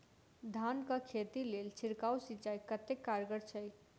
धान कऽ खेती लेल छिड़काव सिंचाई कतेक कारगर छै?